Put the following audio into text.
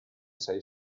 sei